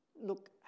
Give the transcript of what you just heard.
Look